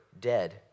dead